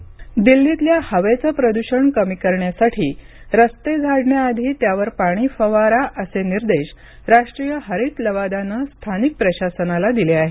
हरित लवाद दिल्लीतल्या हवेचं प्रदूषण कमी करण्यासाठी रस्ते झाडण्याआधी त्यावर पाणी फवारा असे निर्देश राष्ट्रीय हरित लवादानं स्थानिक प्रशासनाला दिले आहेत